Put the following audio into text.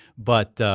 but